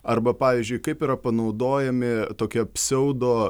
arba pavyzdžiui kaip yra panaudojami tokie pseudo